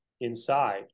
inside